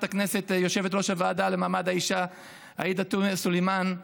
הכנסת יושבת-ראש הוועדה למעמד האישה עאידה תומא סלימאן.